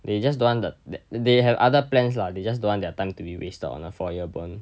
they just don't want the th~ they have other plans lah they just don't want their time to be wasted on a four year bond